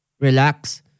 relax